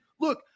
look